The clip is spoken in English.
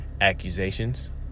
accusations